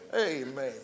Amen